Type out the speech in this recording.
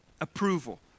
approval